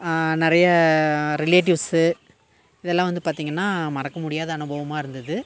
நிறைய ரிலேட்டிவ்ஸு இதெல்லாம் வந்து பார்த்திங்கனா மறக்க முடியாத அனுபவமாக இருந்தது